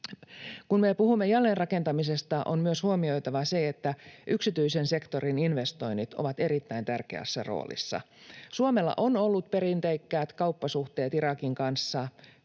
Kun me puhumme jälleenrakentamisesta, on myös huomioitava se, että yksityisen sektorin investoinnit ovat erittäin tärkeässä roolissa. Suomella on ollut perinteikkäät kauppasuhteet Irakin kanssa,